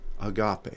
Agape